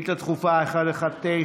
שאילתה דחופה מס' 119,